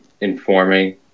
informing